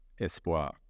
espoir